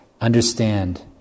understand